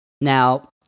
Now